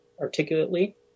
articulately